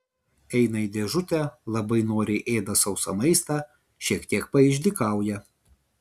eina į dėžutę labai noriai ėda sausą maistą šiek tiek paišdykauja